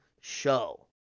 show